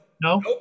No